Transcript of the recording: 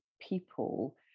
people